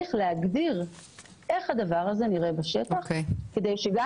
צריך להגדיר איך הדבר הזה נראה בשטח כדי שגם